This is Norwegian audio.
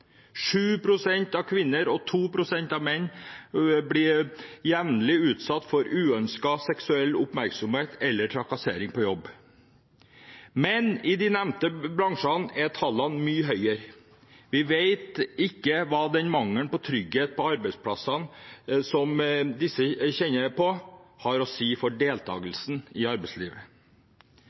av kvinner og 2 pst. av menn blir jevnlig utsatt for uønsket seksuell oppmerksomhet eller trakassering på jobb, men i de nevnte bransjene er tallene mye høyere. Vi vet ikke hva den mangelen på trygghet på arbeidsplassene som disse kjenner på, har å si for deltakelsen i arbeidslivet.